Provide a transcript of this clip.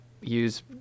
use